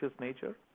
nature